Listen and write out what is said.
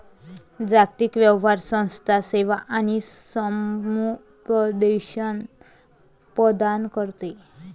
जागतिक व्यापार संस्था सेवा आणि समुपदेशन प्रदान करते